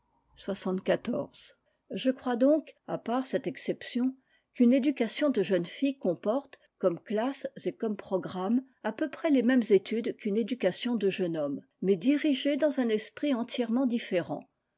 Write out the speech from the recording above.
je crois donc à part cette exception qu'une éducation de jeune fille comporte comme classes et comme programmes à peu près les mêmes études qu'une éducation de jeune homme mais dirigées dans un esprit entièrement différent